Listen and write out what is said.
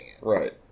right